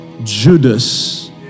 Judas